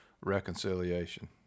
reconciliation